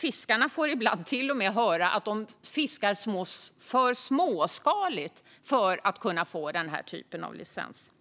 Fiskarna får ibland till och med höra att de fiskar alltför småskaligt för att kunna få den här typen av licens